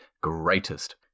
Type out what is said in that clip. greatest